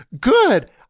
Good